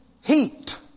heat